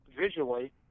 visually